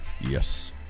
Yes